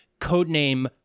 codename